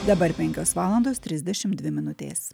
dabar penkios valandos trisdešimt dvi minutės